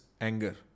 anger